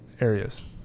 areas